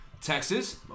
Texas